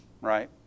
right